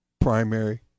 primary